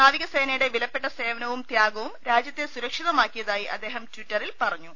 നാവികസേനയുടെ വിലപ്പെട്ട സേവനവും തൃാഗവും രാജ്യത്തെ സുരക്ഷിതമാക്കിയതായി അദ്ദേഹം ട്വിറ്ററിൽ പറഞ്ഞു